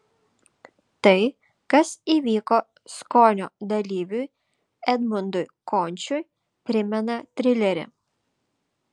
tai kas įvyko skonio dalyviui edmundui končiui primena trilerį